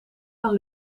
gaan